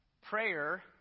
Prayer